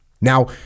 Now